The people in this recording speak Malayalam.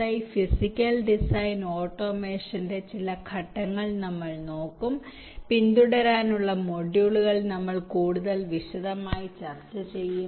ഐ ഫിസിക്കൽ ഡിസൈൻ ഓട്ടോമേഷന്റെ ചില ഘട്ടങ്ങൾ നമ്മൾ നോക്കും പിന്തുടരാനുള്ള മൊഡ്യൂളുകൾ നമ്മൾ കൂടുതൽ വിശദമായി ചർച്ച ചെയ്യും